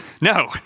No